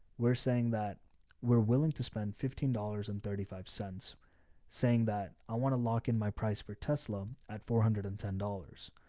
we're saying that we're willing to spend fifteen dollars and thirty five cents saying that i want to lock in my price for tesla at four hundred and ten dollars.